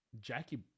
Jackie